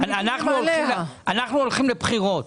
אנחנו הולכים לבחירות.